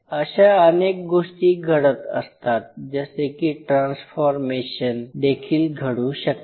अशा अनेक गोष्टी घडत असतात जसे की ट्रान्सफॉर्मेशन देखील घडू शकते